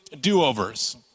do-overs